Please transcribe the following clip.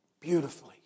beautifully